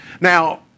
Now